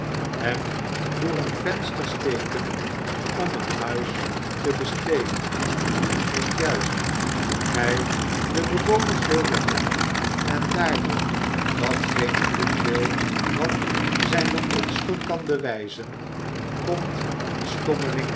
hem door een venster steken om een huis te bestelen en juist toen hij de bewoners wil wekken en daardoor datgene doen wil wat zijne onschuld kan bewijzen komt die